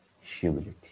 humility